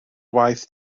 waith